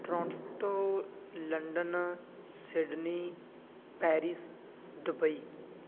Toronto London Sydney Paris Dubai